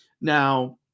Now